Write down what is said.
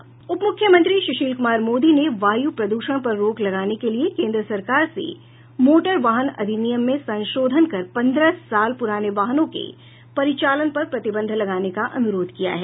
उप मुख्यमंत्री सुशील कुमार मोदी ने वायु प्रदूषण पर रोक लगाने के लिए केंद्र सरकार से मोटर वाहन अधिनियम में संशोधन कर पन्द्रह साल पुराने वाहनों के परिचालन पर प्रतिबंध लगाने का अनुरोध किया है